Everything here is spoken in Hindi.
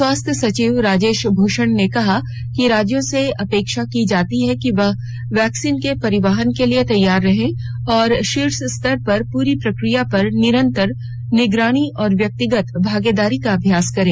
स्वास्थ्य सचिव राजेश भूषण ने कहा कि राज्यों से अपेक्षा की जाती है कि वह वैक्सीन के परिवहन के लिए तैयार रहें और शीर्ष स्तर पर पूरी प्रक्रिया पर निरंतर निगरानी और व्यक्तिगत भागीदारी का अभ्यास करें